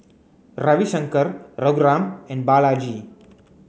Ravi Shankar Raghuram and Balaji